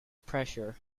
pressure